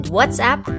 WhatsApp